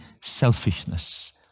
selfishness